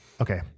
Okay